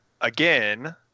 again